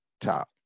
top